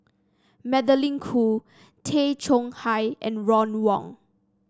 Magdalene Khoo Tay Chong Hai and Ron Wong